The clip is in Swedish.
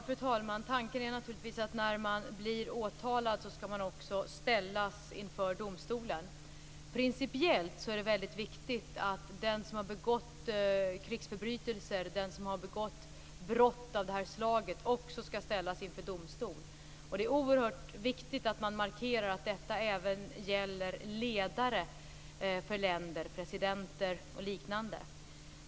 Fru talman! Tanken är naturligtvis att när man blir åtalad skall man också ställas inför domstolen. Principiellt är det väldigt viktigt att den som har begått krigsförbrytelser, den som har begått brott av det här slaget, också skall ställas inför domstol. Det är oerhört viktigt att man markerar att detta även gäller ledare för länder, presidenter och liknande.